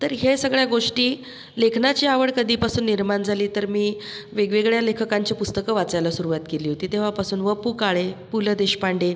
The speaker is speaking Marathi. तर हे सगळ्या गोष्टी लेखनाची आवड कधीपासून निर्माण झाली तर मी वेगवेगळ्या लेखकांची पुस्तकं वाचायला सुरुवात केली होती तेव्हापासून व पु काळे पु ल देशपांडे